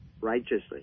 righteously